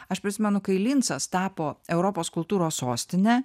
aš prisimenu kai lincas tapo europos kultūros sostine